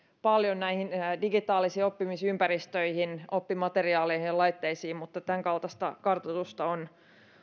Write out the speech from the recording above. paljon näihin digitaalisiin oppimisympäristöihin oppimateriaaleihin ja laitteisiin mutta tämänkaltaista kartoitusta on